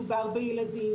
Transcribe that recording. יכול להיות כי מדובר בילדים,